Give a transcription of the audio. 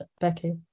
Becky